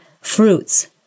Fruits